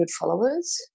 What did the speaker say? followers